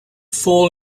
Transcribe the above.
fall